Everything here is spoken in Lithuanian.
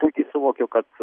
puikiai suvokiu kad